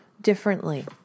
differently